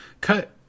cut